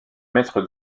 maître